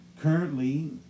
Currently